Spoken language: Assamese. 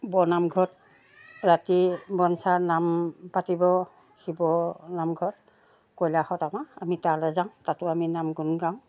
বৰনামঘৰত ৰাতি বনচাৰ নাম পাতিব শিৱ নামঘৰত কৈলাশত আমাৰ আমি তালৈ যাওঁ তাতো আমি নাম গুণ গাওঁ